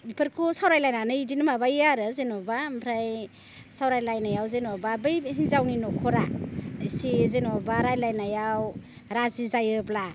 बेफोरखौ सावरायलायनानै बिदिनो माबायो आरो जेनेबा ओमफ्राय सावरायलायनायाव जेनेबा बै हिन्जावनि न'खरा इसे जेनेबा रायलायनायाव राजि जायोब्ला